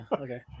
Okay